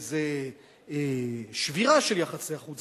זה שבירה של יחסי החוץ,